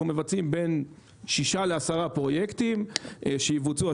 אנחנו מבצעים בין ששה לעשרה פרויקטים השנה.